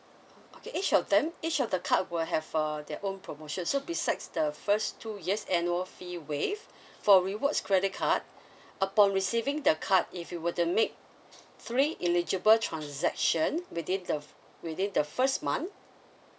okay each of them each of the card will have uh their own promotion so besides the first two years annual fee waive for rewards credit card upon receiving the card if you were to make three eligible transaction within the within the first month